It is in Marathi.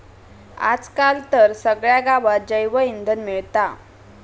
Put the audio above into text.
आज काल तर सगळ्या गावात जैवइंधन मिळता